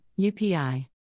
UPI